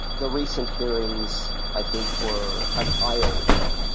the recent hearings i think were an eye-opener,